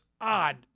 odd